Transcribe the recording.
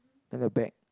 then the bag